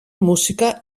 musika